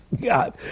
god